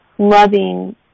loving